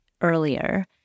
earlier